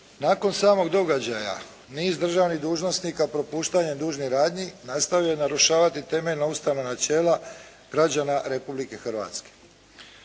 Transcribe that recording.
Nakon samog događaja niz državnih dužnosnika propuštanjem dužnih radnji nastavio je narušavati temeljna ustavna načela građana Republike Hrvatske.